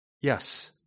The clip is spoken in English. Yes